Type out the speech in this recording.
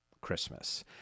Christmas